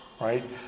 right